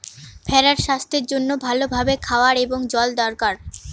ভেড়ার স্বাস্থ্যের জন্য ভালো ভাবে খাওয়ার এবং জল দরকার